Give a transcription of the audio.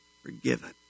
forgiven